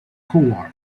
coward